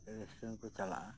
ᱮᱱᱮᱡ ᱥᱮᱨᱮᱧ ᱠᱚ ᱪᱟᱞᱟᱜᱼᱟ